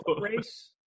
race